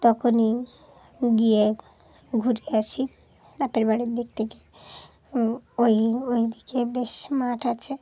তখনই গিয়ে ঘুরে আসি বাপের বাড়ির দিক থেকে ওই ওই দিকে বেশ মাঠ আছে